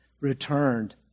returned